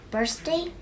Birthday